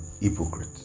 hypocrite